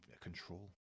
control